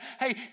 hey